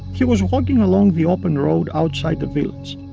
he was walking along the open road outside the village.